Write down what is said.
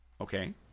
Okay